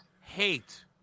hate